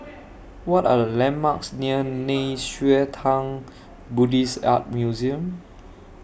What Are The landmarks near Nei Xue Tang Buddhist Art Museum